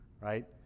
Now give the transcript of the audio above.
right